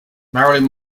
marilyn